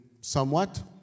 somewhat